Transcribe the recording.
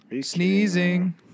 sneezing